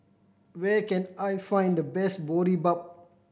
where can I find the best Boribap